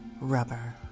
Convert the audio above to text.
rubber